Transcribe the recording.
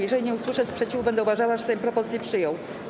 Jeżeli nie usłyszę sprzeciwu, będę uważała, że Sejm propozycje przyjął.